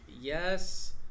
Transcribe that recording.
yes